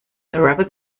aerobic